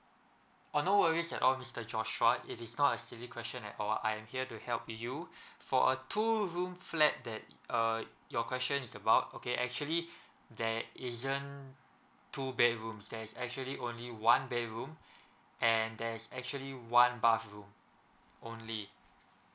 oh no worries sir oh mister joshua it is not a silly question at all I'm here to help you for a two room flat that uh your question is about okay actually there isn't two bedrooms there's actually only one bedroom and there's actually one bathroom only